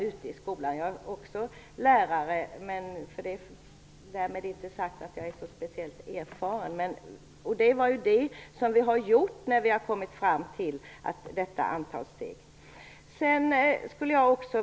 Jag är också lärare, därmed inte sagt att jag är särskilt erfaren. Vi har lyssnat på erfarenheterna när vi har kommit fram till det här antalet steg.